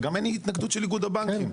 וגם אין התנגדות של איגוד הבנקים.